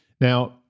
Now